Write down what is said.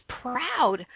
proud